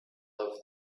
live